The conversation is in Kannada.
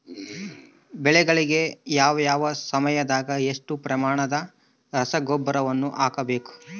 ಬೆಳೆಗಳಿಗೆ ಯಾವ ಯಾವ ಸಮಯದಾಗ ಎಷ್ಟು ಪ್ರಮಾಣದ ರಸಗೊಬ್ಬರವನ್ನು ಹಾಕಬೇಕು?